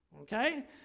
Okay